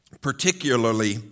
particularly